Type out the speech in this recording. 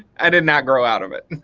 i did not grow out of it.